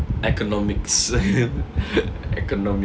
economics economics